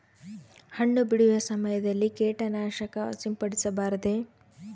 ಹಣ್ಣು ಬಿಡುವ ಸಮಯದಲ್ಲಿ ಕೇಟನಾಶಕ ಸಿಂಪಡಿಸಬಾರದೆ?